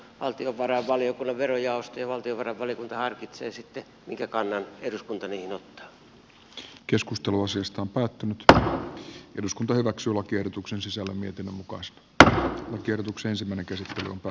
valtiovarainvaliokunnan verojaosto ja valtiovarainvaliokunta harkitsevat sitten minkä kannan eduskunta hyväksyi lakiehdotuksen sisältö mietinnön mukaan s p ketutuksensa niihin ottaa